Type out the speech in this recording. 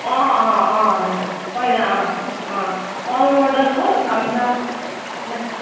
पहिला old model होस् अन्त